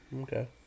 Okay